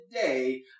today